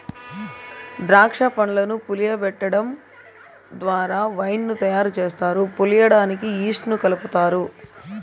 దాక్ష పండ్లను పులియబెటడం ద్వారా వైన్ ను తయారు చేస్తారు, పులియడానికి ఈస్ట్ ను కలుపుతారు